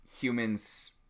humans